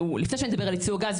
לפני שאני אדבר על ייצוא הגז,